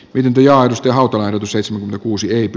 pitempi aidosti muotoiltu seitsemän kuusi eikä